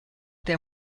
der